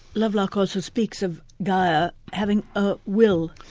lovelock also speaks of gaia having a will